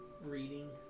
reading